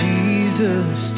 Jesus